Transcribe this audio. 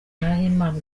nahimana